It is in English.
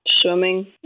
swimming